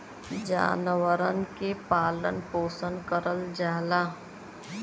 जानवरन के पालन पोसन करल जाला